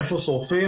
איפה שורפים?